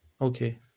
Okay